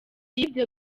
y’ibyo